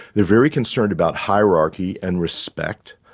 they're very concerned about hierarchy and respect,